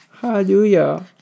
Hallelujah